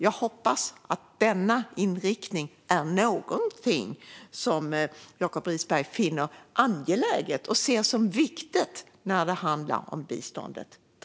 Jag hoppas att denna inriktning är någonting som Jacob Risberg finner angeläget och ser som viktigt när det handlar om biståndet.